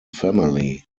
family